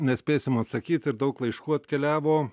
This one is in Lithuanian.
nespėsim atsakyt ir daug laiškų atkeliavo